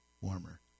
warmer